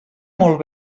molt